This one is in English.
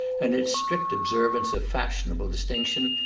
and its strict observance a fashionable distinction,